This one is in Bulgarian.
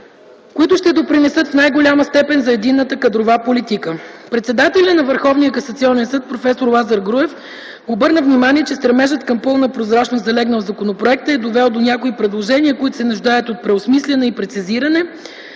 които ще допринесат в най голяма степен за единната кадрова политика. Председателят на Върховния касационен съд проф. Лазар Груев обърна внимание, че стремежът към пълна прозрачност, залегнал в законопроекта, е довел до някои предложения, които се нуждаят от преосмисляне и прецизиране.